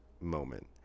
moment